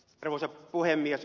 arvoisa puhemies